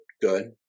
good